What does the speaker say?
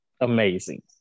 amazing